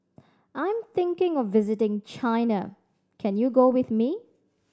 I'm thinking of visiting China can you go with me